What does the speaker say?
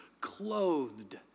clothed